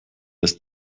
ist